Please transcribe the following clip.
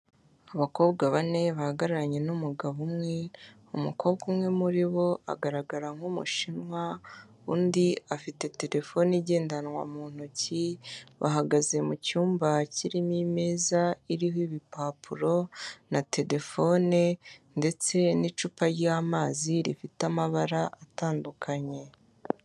Abakobwa bane bahagararanye n'umugabo umwe, umukobwa umwe muri bo agaragara nk'umushinwa undi afite terefoni igendanwa mu ntoki, bahgaze mu cyumba kirimo imeza iriho ibipapuro na terefoni ndetse n'icupa ry'ameza rifite amabara atandukanye.